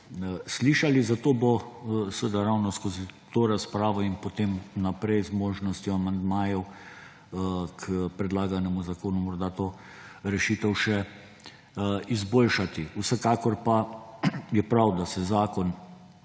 slišali. Zato bo ravno skozi to razpravo in potem naprej, z možnostjo amandmajev k predlaganemu zakonu morda to rešitev še izboljšati. Vsekakor pa je prav, da se zakon